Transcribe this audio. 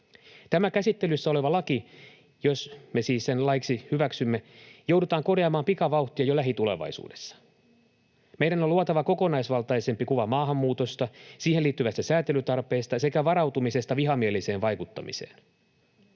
Tämä käsittelyssä oleva laki, jos me siis sen laiksi hyväksymme, joudutaan korjaamaan pikavauhtia jo lähitulevaisuudessa. Meidän on luotava kokonaisvaltaisempi kuva maahanmuutosta, siihen liittyvästä säätelytarpeesta sekä varautumisesta vihamieliseen vaikuttamiseen.